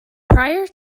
prior